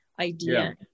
idea